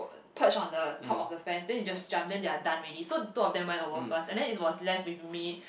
perch on the top of the fence then they just jump then they are done already so two of them went over first and then it was left with me